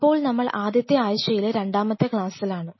അപ്പോൾ നമ്മൾ ആദ്യത്തെ ആഴ്ചയിലെ രണ്ടാമത്തെ ക്ലാസിലാണ്W2 L2